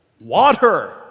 Water